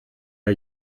der